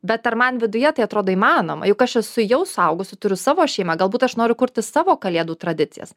bet ar man viduje tai atrodo įmanoma juk aš esu jau suaugusi turiu savo šeimą galbūt aš noriu kurti savo kalėdų tradicijas